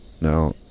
Now